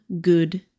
good